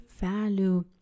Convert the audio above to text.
value